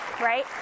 right